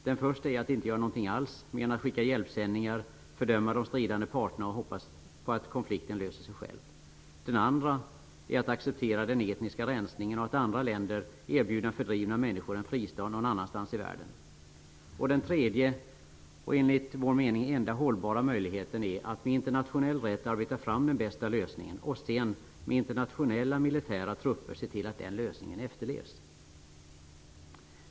Den första är att inte göra någonting alls mer än att skicka hjälpsändningar, fördöma de stridande parterna och hoppas på att konflikten löser sig själv. Den andra är att acceptera den etniska rensningen och att andra länder erbjuder fördrivna människor en fristad någon annanstans i världen. Den tredje och enligt vår mening enda hållbara möjligheten är att med internationell rätt arbeta fram den bästa lösningen och sedan med internationella militära trupper se till att den lösningen efterlevs.